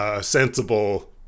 sensible